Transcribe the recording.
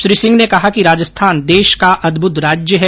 श्री सिंह ने कहा कि राजस्थान देश का अद्भुत राज्य है